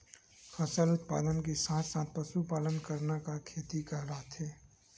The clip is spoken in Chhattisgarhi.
फसल के उत्पादन के साथ साथ पशुपालन करना का खेती कहलाथे?